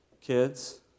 Kids